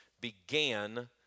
began